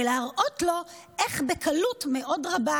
ולהראות לו איך בקלות מאוד רבה,